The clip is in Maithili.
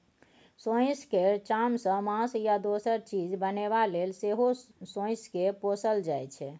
सोंइस केर चामसँ मासु या दोसर चीज बनेबा लेल सेहो सोंइस केँ पोसल जाइ छै